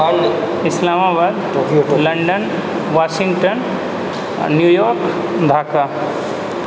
Islamabad London Washington New York Dhaka